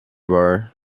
bar